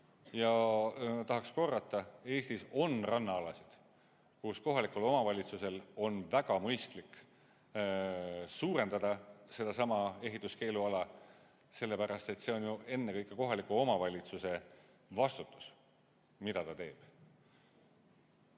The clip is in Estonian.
Ja tahaks korrata: Eestis on rannaalasid, kus kohalikul omavalitsusel on väga mõistlik suurendada sedasama ehituskeeluala, sellepärast et see on ju ennekõike kohaliku omavalitsuse vastutus, mida ta teeb.